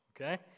Okay